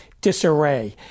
disarray